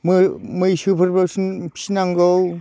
मैसोफोरबो फिनांगौ